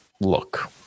look